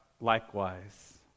likewise